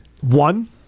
One